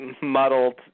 muddled